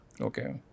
Okay